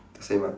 same ah